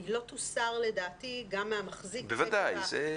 היא לא תוסר לדעתי גם מהמחזיק -- בוודאי.